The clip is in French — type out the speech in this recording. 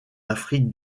afrique